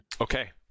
Okay